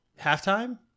halftime